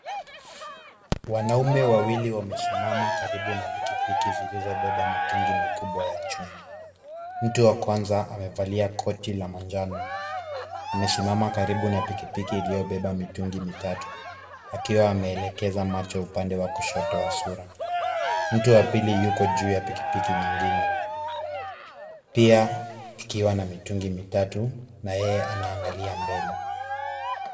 Wanaume wawili wamesimama karibu na pikipiki zilizobeba mitungi mikubwa ya chuma. Mtu wa kwanza amevalia koti la manjano, amesimama karibu na pikipiki iliyobeba mitungi mitatu. Akiwa ameelekeza macho upande wa kushoto wa sura. Mtu wa pili yuko juu ya pikipiki nyingine. Pia, ikiwa na mitungi mitatu, na yeye anaangalia mbele.